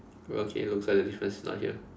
okay look for the difference not here